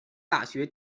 大学